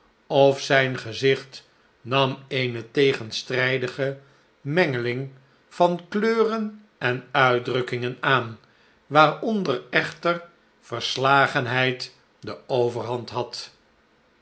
of zijn gezicht nam eene tegenstrijdige mengeling van kleuren en uitdrukkingen aan waaronder echter verslagenheid de overhand had